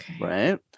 Right